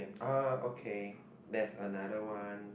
ah okay that's another one